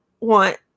want